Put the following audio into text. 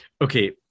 okay